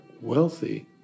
wealthy